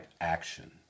action